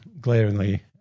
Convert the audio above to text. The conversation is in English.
glaringly